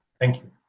thank you.